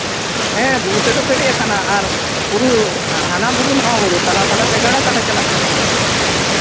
ᱦᱮᱸ ᱵᱩᱨᱩ ᱛᱮᱫᱚ ᱯᱮᱨᱮᱡ ᱠᱟᱱᱟ ᱟᱨ ᱵᱩᱨᱩ ᱦᱟᱱᱟ ᱵᱩᱨᱩ ᱱᱚᱣᱟ ᱛᱟᱞᱟ ᱛᱟᱞᱟᱛᱮ ᱜᱟᱰᱟ ᱛᱟᱞᱮ ᱪᱟᱞᱟᱜ ᱠᱟᱱᱟ